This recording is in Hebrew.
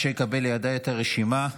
הנושא הראשון על סדר-היום: